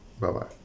Bye-bye